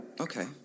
Okay